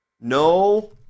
no